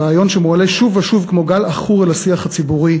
הרעיון שמועלה שוב ושוב כמו גל עכור אל השיח הציבורי,